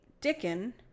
Dickon